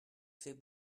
fait